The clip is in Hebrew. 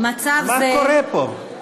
מצב זה, מה קורה פה?